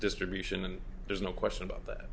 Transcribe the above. distribution and there's no question about that